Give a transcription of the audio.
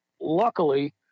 luckily